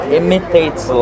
imitates